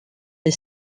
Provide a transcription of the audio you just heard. est